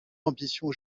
ambitions